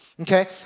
Okay